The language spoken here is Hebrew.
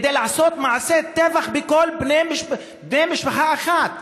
כדי לעשות מעשה טבח בבני משפחה אחת,